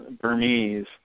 Burmese